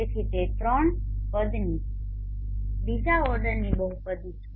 તેથી તે ત્રણ પદની બીજા ઓર્ડરની બહુપદી છે